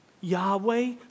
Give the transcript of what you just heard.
Yahweh